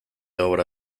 obra